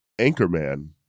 Anchorman